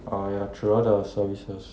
oh ya true all the services